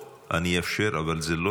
אני אאפשר, אבל זה לא